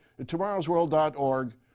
tomorrowsworld.org